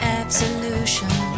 absolution